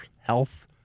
health